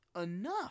enough